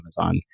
Amazon